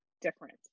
different